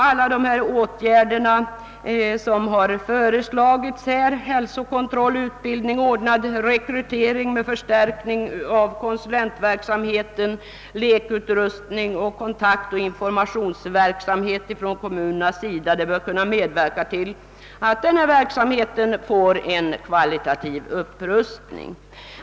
Alla de åtgärder som föreslagits — hälsokontroll, utbildning, ordnad rekrytering med förstärkning av konsulentverksamheten, lekutrustning samt kontaktoch informationsverksamhet från kommunernas sida — bör medverka till en kvalitativ upprustning på detta område.